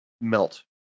melt